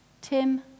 Tim